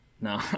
No